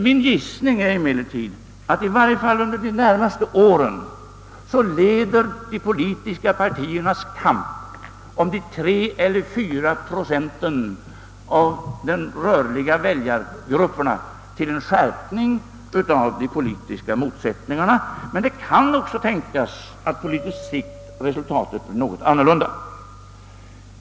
Min gissning är emellertid att i varje fall under de närmaste åren leder de politiska partiernas kamp om de 3 eller 4 procenten av de rörliga väljargrupperna till en skärpning av de politiska motsättningarna. Men det kan också tänkas att på litet sikt resultatet blir något annorlunda.